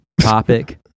Topic